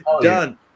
Done